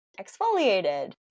exfoliated